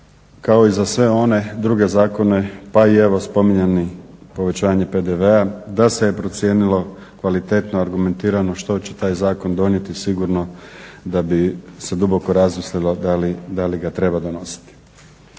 kao i za sve one druge zakone, pa i evo spominjano povećanje PDV-a. Da se procijenilo kvalitetno, argumentirano što će taj zakon donijeti sigurno da bi se duboko razmislilo da li ga treba donositi.